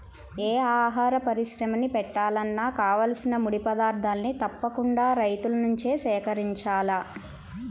యే ఆహార పరిశ్రమని బెట్టాలన్నా కావాల్సిన ముడి పదార్థాల్ని తప్పకుండా రైతుల నుంచే సేకరించాల